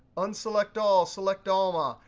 unselect all, select alma.